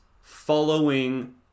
Following